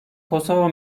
kosova